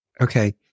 Okay